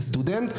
לסטודנט,